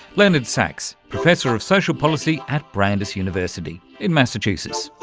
leonard saxe, professor of social policy at brandeis university in massachusetts.